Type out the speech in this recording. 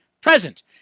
present